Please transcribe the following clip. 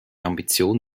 ambition